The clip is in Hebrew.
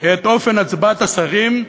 את אופן הצבעת השרים,